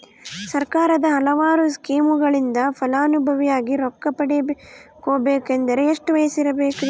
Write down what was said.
ಸರ್ಕಾರದ ಹಲವಾರು ಸ್ಕೇಮುಗಳಿಂದ ಫಲಾನುಭವಿಯಾಗಿ ರೊಕ್ಕ ಪಡಕೊಬೇಕಂದರೆ ಎಷ್ಟು ವಯಸ್ಸಿರಬೇಕ್ರಿ?